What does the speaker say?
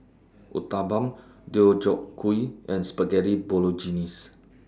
Uthapam Deodeok Gui and Spaghetti Bolognese